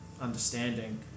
understanding